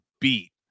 beat